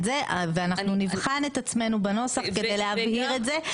זה ואנחנו נבחן את עצמנו בנוסח כדי להבהיר את זה.